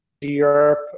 europe